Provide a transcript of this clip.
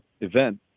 event